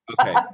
Okay